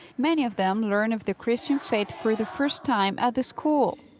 many of them learn of the christian faith for the first time at the school.